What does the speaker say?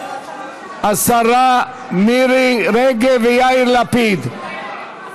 השרה מירי רגב ויאיר לפיד.